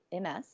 MS